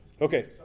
okay